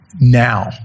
Now